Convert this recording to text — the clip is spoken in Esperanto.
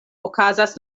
okazas